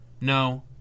No